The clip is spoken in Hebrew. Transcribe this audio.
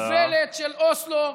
לשיח האיוולת של אוסלו,